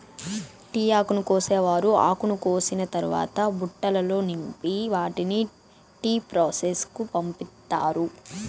tea ఆకును కోసేవారు ఆకును కోసిన తరవాత బుట్టలల్లో నింపి వాటిని టీ ప్రాసెస్ కు పంపిత్తారు